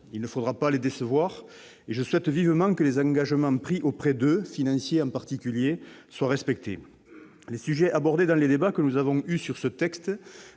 Il ne faudra pas les décevoir, et je souhaite vivement que les engagements- financiers, en particulier -pris auprès d'eux soient respectés. Les sujets abordés dans les débats que nous avons eus sur ce texte